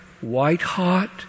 white-hot